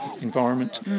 environment